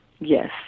Yes